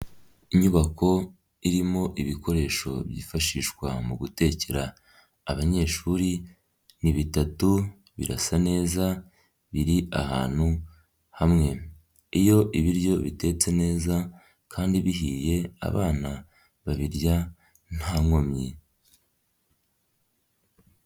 Inyubako irimo ibikoresho byifashishwa mu gutekera abanyeshuri, ni bitatu birasa neza biri ahantu hamwe. Iyo ibiryo bitetse neza kandi bihiye abana babirya nta nkomyi.